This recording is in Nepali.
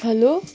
हेलो